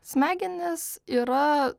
smegenys yra